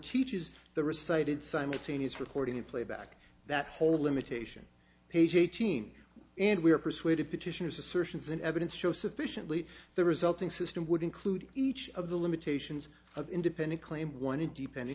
teaches the recited simultaneous recording and playback that hole of limitation page eighteen and we are persuaded petitioners assertions and evidence show sufficiently the resulting system would include each of the limitations of independent claimed one it de